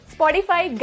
Spotify